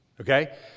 Okay